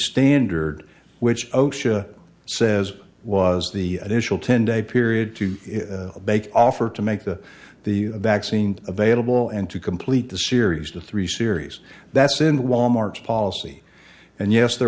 standard which osha says was the initial ten day period to make offer to make the the vaccine available and to complete the series to three series that's in wal mart's policy and yes there